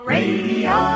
Radio